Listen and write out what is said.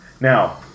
Now